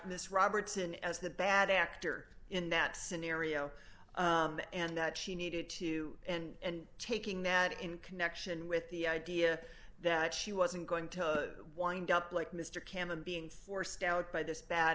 this robertson as the bad actor in that scenario and that she needed to and taking that in connection with the idea that she wasn't going to wind up like mr cameron being forced out by this bad